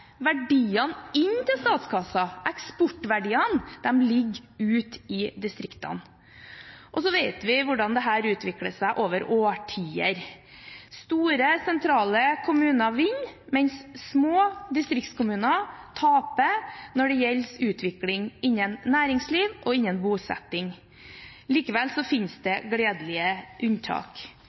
Verdiene inn til statskassen, eksportverdiene, ligger ute i distriktene. Vi vet hvordan dette utvikler seg over årtier. Store sentrale kommuner vinner, mens små distriktskommuner taper når det gjelder utvikling innen næringsliv og bosetting. Likevel finnes det gledelige unntak.